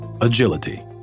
agility